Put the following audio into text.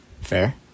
fair